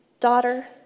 daughter